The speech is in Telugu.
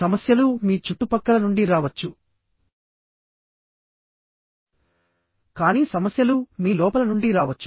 సమస్యలు మీ చుట్టుపక్కల నుండి రావచ్చు కానీ సమస్యలు మీ లోపల నుండి రావచ్చు